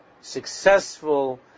successful